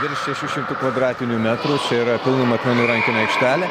virš šešių šimtų kvadratinių metrų čia yra pilnų matmenų rankinio aikštelė